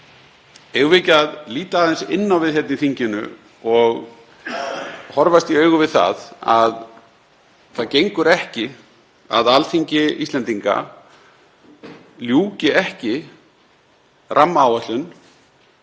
við ekki að líta aðeins inn á við hérna í þinginu og horfast í augu við að það gengur ekki að Alþingi Íslendinga ljúki ekki rammaáætlun